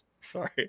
sorry